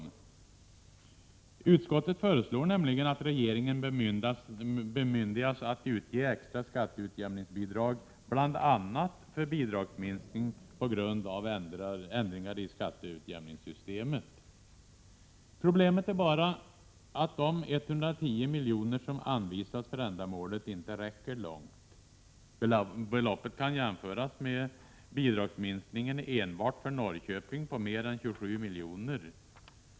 Utskottet föreslår nämligen att regeringen bemyndigas att utge extra skatteutjämningsbidrag, bl.a. för bidragsminskning på grund av ändringar i skatteutjämningssystemet. Problemet är bara att de 110 miljoner som anvisas för ändamålet inte räcker långt. Beloppet kan jämföras med bidragsminskningen enbart för Norrköping på mer än 27 miljoner.